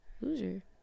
loser